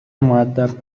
مودب